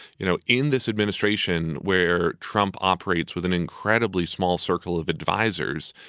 you know, in this administration where trump operates with an incredibly small circle of advisers,